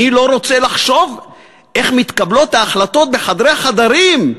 אני לא רוצה לחשוב איך מתקבלות ההחלטות בחדרי חדרים.